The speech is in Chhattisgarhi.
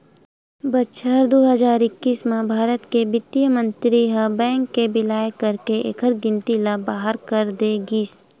बछर दू हजार एक्कीस म भारत के बित्त मंतरी ह बेंक के बिलय करके एखर गिनती ल बारह कर दे गिस